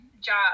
job